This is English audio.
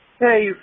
Hey